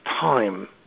time